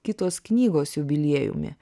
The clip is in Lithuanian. kitos knygos jubiliejumi